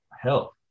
health